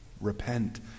Repent